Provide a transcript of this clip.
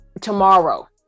tomorrow